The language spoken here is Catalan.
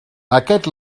aquest